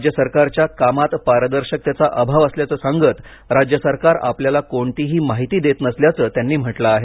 राज्यसरकारच्या कामात पारदर्शकतेचा अभाव असल्याचं सांगत राज्य सरकार आपल्याला कोणतीही माहिती देत नसल्याचं त्यांनी म्हटलं आहे